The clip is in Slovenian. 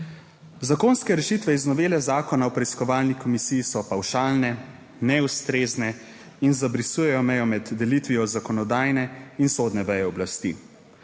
Zakonske rešitve iz novele Zakona o preiskovalni komisiji so pavšalne, neustrezne in zabrisujejo mejo med delitvijo zakonodajne in sodne veje oblasti.